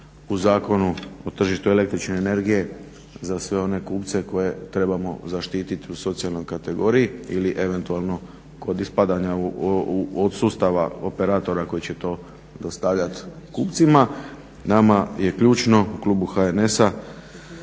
u Zakonu o tržištu električne energije za sve one kupce koje trebamo zaštititi u socijalnoj kategoriji ili eventualno kod ispadanja od sustava operatora koji će to dostavljat kupcima. Nama je ključno u klubu HNS-a